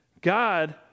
God